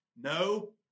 No